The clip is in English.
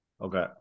Okay